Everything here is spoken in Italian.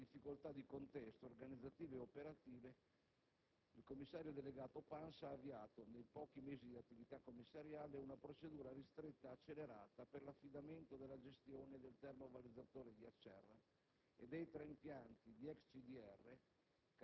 dal precedente commissario Pansa. Nonostante le difficoltà di contesto, organizzative e operative, il commissario delegato Pansa nei pochi mesi di attività commissariale ha avviato una procedura ristretta accelerata per l'affidamento della gestione del termovalorizzatore di Acerra